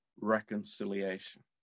reconciliation